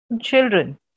children